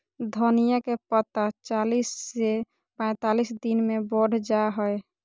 धनिया के पत्ता चालीस से पैंतालीस दिन मे बढ़ जा हय